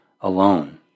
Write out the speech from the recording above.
alone